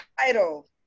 title